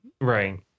Right